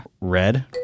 Red